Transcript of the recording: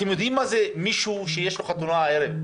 אתם יודעים מה זה מישהו שיש לו חתונה הערב?